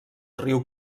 riu